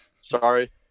Sorry